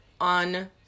on